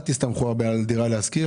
אל תסתמכו הרבה על דירה להשכיר.